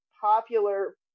popular